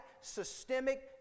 systemic